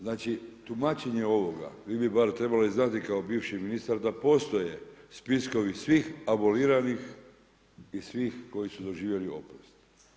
Znači tumačenje ovoga vi bi bar trebali znati kao bivši ministar da postoje spiskovi svih aboliranih i svih koji su doživjeli oprost.